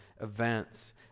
events